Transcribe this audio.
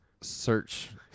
search